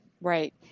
right